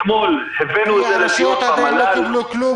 אתמול הבאנו --- כי הרשויות עדיין לו קיבלו כלום,